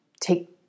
take